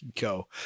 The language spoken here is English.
go